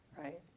right